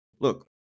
look